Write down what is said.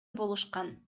болушкан